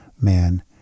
man